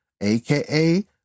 aka